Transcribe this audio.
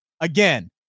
again